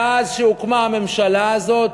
מאז שהוקמה הממשלה הזאת,